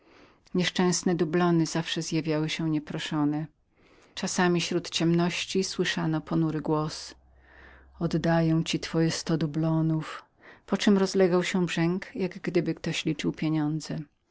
nieszczęśliwe dublony zawsze wychodziły na plac czasami śród ciemności słyszano ponury głos wymawiający te słowa oddam ci twoje sto dublonów poczem następował brzęk jak gdyby kto liczył pieniądze